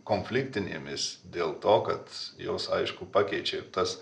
konfliktinėmis dėl to kad jos aišku pakeičia tas